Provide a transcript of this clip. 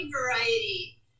variety